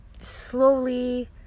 slowly